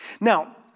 Now